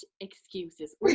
excuses